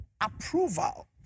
approval